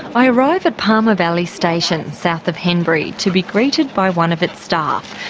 i arrive at palmer valley station, south of henbury, to be greeted by one of its staff,